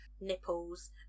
nipples